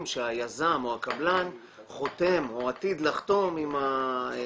שהיזם או הקבלן חותם או עתיד לחתום עם הזוכים.